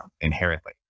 inherently